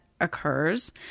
occurs